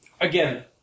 again